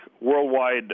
worldwide